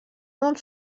molt